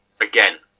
Again